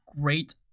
great